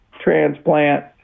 transplant